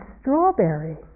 strawberry